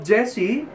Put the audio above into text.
Jesse